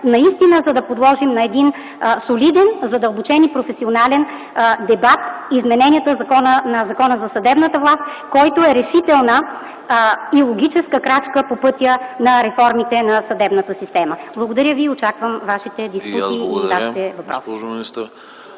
отговоря, за да подложим на солиден, задълбочен и професионален дебат измененията в Закона за съдебната власт, който е решителна и логическа крачка по пътя на реформите на съдебната система. Благодаря. Очаквам вашите диспути и вашите въпроси.